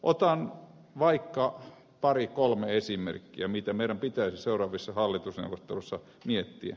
otan vaikka pari kolme esimerkkiä mitä meidän pitäisi seuraavissa hallitusneuvotteluissa miettiä